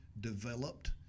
developed